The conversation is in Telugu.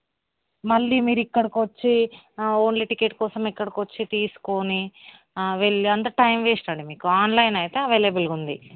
మళ్ళీ మీరిక్కడికి వచ్చి ఓన్లీ టికెట్ కోసం ఇక్కడికి వచ్చి తీసుకుని వెళ్ళి అంటే టైం వేస్ట్ అండి మీకు ఆన్లైన్ అయితే అవైలబుల్గా ఉంది